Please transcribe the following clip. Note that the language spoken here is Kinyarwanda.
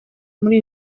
muri